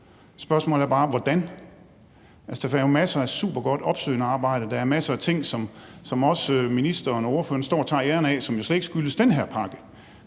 der finder masser af supergodt opsøgende arbejde sted; der er masser af ting, som ministeren og ordføreren står og tager æren for, som jo slet ikke skyldes den her pakke